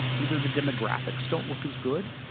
either the demographics don't look as good,